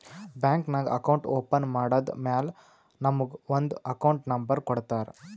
bank ನಾಗ್ account open ಮಾಡದ್ದ್ ಮ್ಯಾಲ ನಮುಗ ಒಂದ್ ಅಕೌಂಟ್ ನಂಬರ್ ಕೊಡ್ತಾರ್